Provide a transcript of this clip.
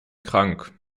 krank